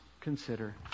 consider